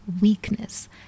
weakness